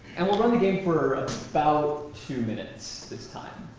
and we'll run the game for about two minutes this time.